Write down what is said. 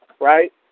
right